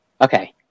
okay